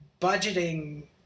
budgeting